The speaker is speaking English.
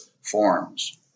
forms